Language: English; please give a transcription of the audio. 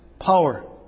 power